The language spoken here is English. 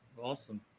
Awesome